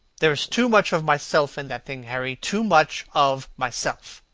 there is too much of myself in the thing, harry too much of myself!